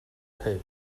tape